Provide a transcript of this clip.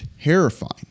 terrifying